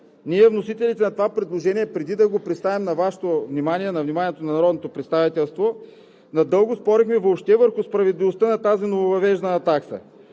Ние вносителите на това предложение, преди да го представим на вниманието на народното представителство, надълго спорихме въобще върху справедливостта на тази нововъвеждана такса: